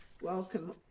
welcome